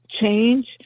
change